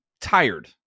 tired